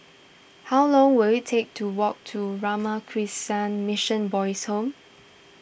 how long will it take to walk to Ramakrishna Mission Boys' Home